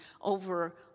over